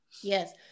yes